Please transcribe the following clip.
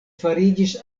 fariĝis